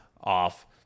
off